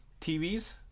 tvs